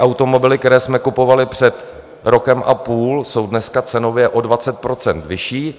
Automobily, které jsme kupovali před rokem a půl, jsou dneska cenově o 20 % vyšší.